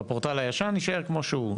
והפורטל הישן יישאר כמו שהוא.